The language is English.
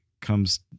comes